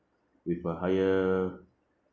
with a higher